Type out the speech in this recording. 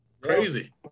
crazy